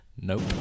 Nope